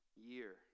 year